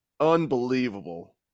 Unbelievable